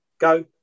go